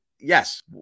Yes